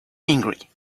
angry